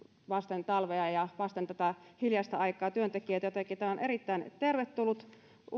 vasten talvea ja vasten tätä hiljaista aikaa jotenka tämä on erittäin tervetullut